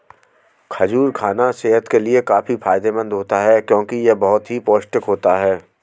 खजूर खाना सेहत के लिए काफी फायदेमंद होता है क्योंकि यह बहुत ही पौष्टिक होता है